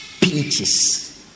pinches